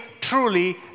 truly